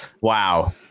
Wow